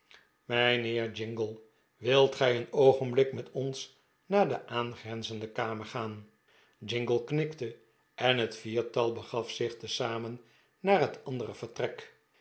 mijnheer jingle wilt gij een oogenblik met ons naar de aangrenzende kamer gaan jingle knikte en het viertal begaf zich tezamen naar het andere vertrek